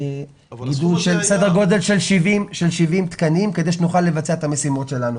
גידול בסדר גודל של 70 תקנים כדי שנוכל לבצע את המשימות שלנו.